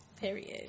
Period